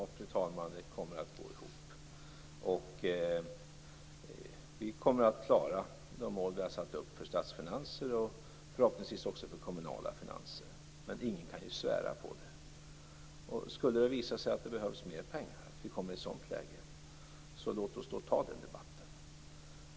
Fru talman! Ja, den kommer att gå ihop. Vi kommer att klara de mål som vi har satt upp för statsfinanserna och förhoppningsvis också för de kommunala finanserna, men ingen kan svära på det. Skulle det visa sig att vi kommer i ett läge där det behövs mera pengar, får vi ta den debatten.